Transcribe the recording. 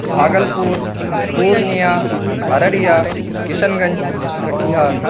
Bhagalpur Purnia Araria Kishanganj Katihar